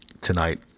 tonight